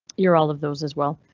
you're all of those as well